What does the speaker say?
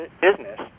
business